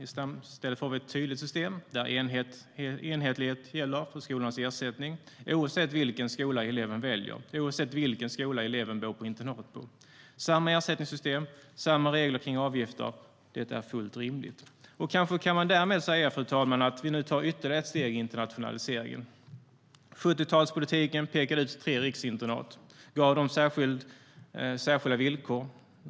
I stället får vi ett tydligt system där enhetlighet gäller för skolornas ersättning oavsett vilken skola eleven väljer, oavsett på vilken skola eleven väljer att bo på internat. Det är samma ersättningssystem och samma regler för avgifter. Det är fullt rimligt. Kanske vi därmed kan säga, fru talman, att vi nu tar ytterligare ett steg i internationaliseringen. 70-talspolitiken pekade ut tre riksinternat och gav dem särskilda villkor.